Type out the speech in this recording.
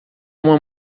uma